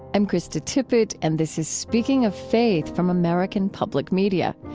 i'm krista tippett and this is speaking of faith from american public media.